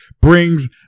brings